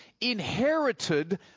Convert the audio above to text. inherited